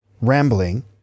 Rambling